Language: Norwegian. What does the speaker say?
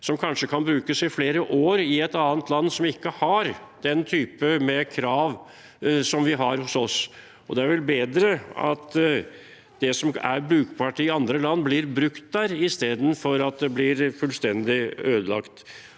som kanskje kan brukes i flere år i et annet land som ikke har den typen krav som vi har hos oss. Det er vel bedre at det som er brukbart i andre land, blir brukt der, i stedet for at det blir fullstendig ødelagt.